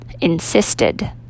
Insisted